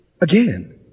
again